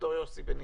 ד"ר יוסי בנישתי.